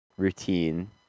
routine